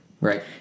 Right